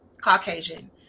Caucasian